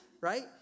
right